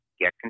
get